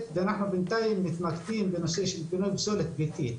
ואנחנו בינתיים מתמקדים בנושא של פינוי פסולת ביתית,